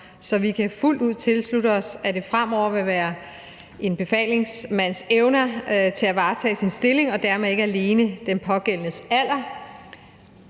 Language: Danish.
så vi kan fuldt ud tilslutte os, at det fremover vil være en befalingsmands evner til at varetage sin stilling og dermed ikke alene den pågældendes alder